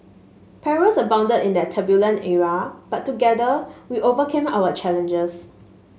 perils abounded in that turbulent era but together we overcame our challenges